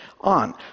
on